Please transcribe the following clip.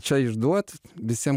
čia išduot visiem